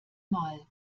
mal